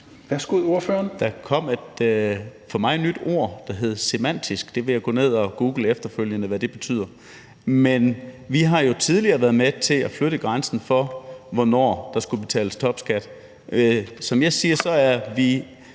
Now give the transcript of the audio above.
et for mig nyt ord, der hed semantisk. Jeg vil gå ned og google efterfølgende, hvad det betyder. Men vi har jo tidligere været med til at flytte grænsen for, hvornår der skulle betales topskat. Som jeg siger, er vi